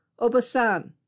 obasan